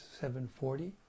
7.40